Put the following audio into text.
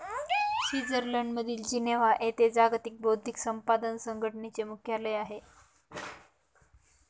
स्वित्झर्लंडमधील जिनेव्हा येथे जागतिक बौद्धिक संपदा संघटनेचे मुख्यालय आहे